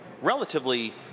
relatively